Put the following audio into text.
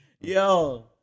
Yo